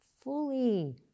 fully